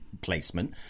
placement